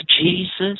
Jesus